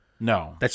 No